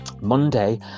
Monday